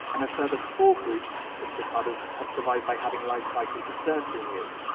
and a further four groups of cicadas have survived by having life cycles of thirteen years.